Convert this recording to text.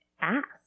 ask